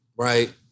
right